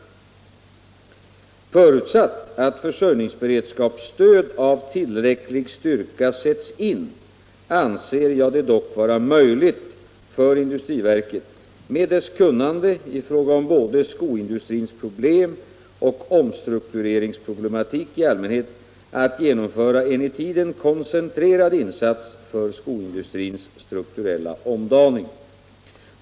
Förutsatt att försörjningsberedskapsstöd av tillräcklig styrka sätts in anser jag det dock vara möjligt för SIND med dess kunnande i fråga om både skoindustrins problem och omstruktureringsproblematik i allmänhet att genomföra en i tiden koncentrerad insats för skoindustrins strukturella omdaning.